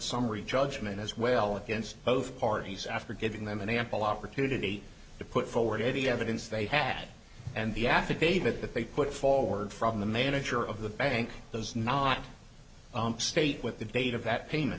summary judgment as well against both parties after giving them an ample opportunity to put forward any evidence they had and the affidavit that they put forward from the manager of the bank those not state with the date of that payment